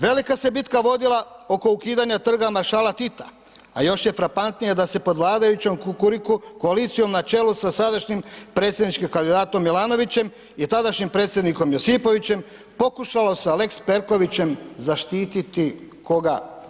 Velika se bitka vodila oko ukidanja Trg maršala Tita a još je frapantnije da se pod vladajućom Kukuriku koalicijom na čelu sa sadašnjim predsjedničkim kandidatom Milanovićem i tadašnjim Predsjednikom Josipovićem, pokušalo sa lex Perkovićem zaštititi, koga?